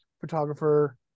photographer